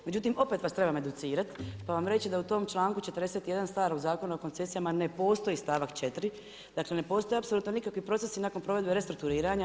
Međutim, opet vas trebam educirati, pa vam reći da u tom članku 41. starog Zakona o koncesijama ne postoji stavak 4., dakle ne postoji apsolutno nikakvi procesi nakon provedbe restrukturiranja.